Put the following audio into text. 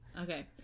Okay